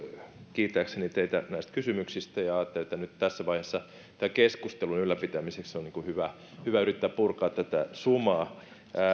kiittääkseni teitä näistä kysymyksistä ja ajattelin että nyt tässä vaiheessa tämän keskustelun ylläpitämiseksi on hyvä hyvä yrittää purkaa tätä sumaa